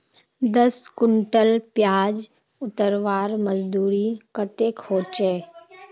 दस कुंटल प्याज उतरवार मजदूरी कतेक होचए?